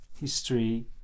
history